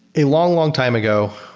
a long, long time ago,